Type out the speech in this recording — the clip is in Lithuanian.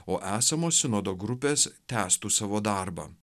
o esamos sinodo grupės tęstų savo darbą